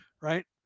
right